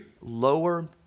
lower